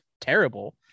terrible